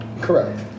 Correct